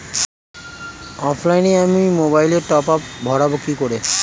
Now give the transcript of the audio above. অফলাইনে আমি মোবাইলে টপআপ ভরাবো কি করে?